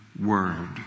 word